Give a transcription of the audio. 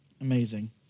amazing